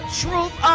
truth